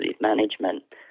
management